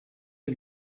had